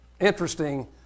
interesting